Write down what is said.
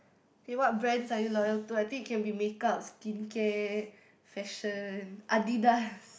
okay what brands are you loyal to I think it can be makeup skincare fashion Adidas